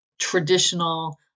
traditional